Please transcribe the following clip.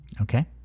Okay